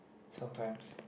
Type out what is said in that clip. sometimes